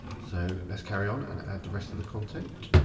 so let's carry on and add the rest of the content.